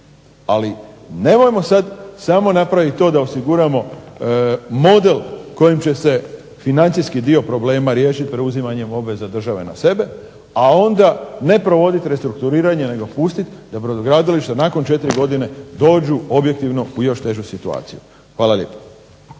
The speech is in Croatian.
ali nemojmo sad samo napraviti to osiguramo model kojim će se financijski dio problema riješiti preuzimanjem obveza države na sebe, a onda ne provoditi restrukturiranje nego pustiti da brodogradilišta nakon 4 godine dođu objektivno u još težu situaciju. Hvala lijepo.